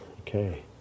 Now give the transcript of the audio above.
Okay